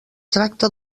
tracta